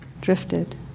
drifted